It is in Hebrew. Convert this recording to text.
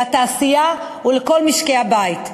לתעשייה ולכל משקי-הבית.